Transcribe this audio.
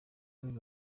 uyu